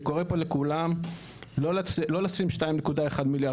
אני קורא פה לכולם לא לשים 2.1 מיליארד